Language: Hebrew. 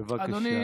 בבקשה.